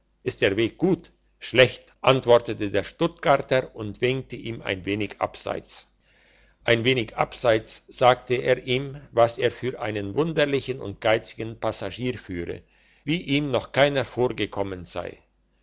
ist der weg gut schlecht antwortete der stuttgarter und winkte ihm ein wenig abseits ein wenig abseits sagte er ihm was er für einen wunderlichen und geizigen passagier führe wie ihm noch keiner vorgekommen sei